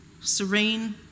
serene